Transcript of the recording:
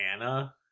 Anna